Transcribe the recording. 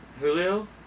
Julio